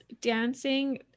dancing